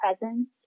presence